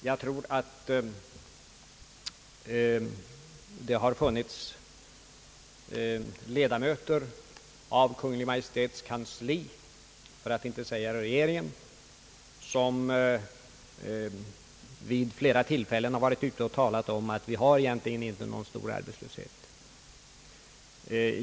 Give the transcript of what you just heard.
Jag tror att det har funnits ledamöter av Kungl. Maj:ts kansli för att inte säga regeringen som vid flera tillfällen talat om att vi egentligen inte har någon stor arbetslöshet.